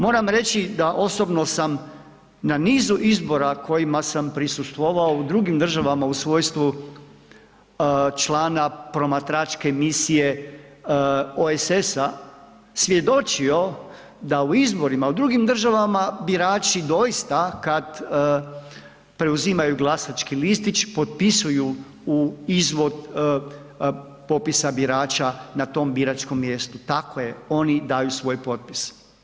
Moram reći da osobno sam na nizu izbora kojima sam prisustvovao u drugim državama u svojstvu člana promatračke misije OESS-a svjedočio da u izborima u drugim državama birači doista kad preuzimaju glasački listić potpisuju u izvod popisa birača na tom biračkom mjestu, tako je oni daju svoj potpis.